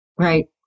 Right